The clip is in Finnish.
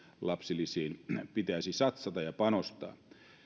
lapsilisiin pitäisi satsata ja panostaa